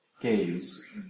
gaze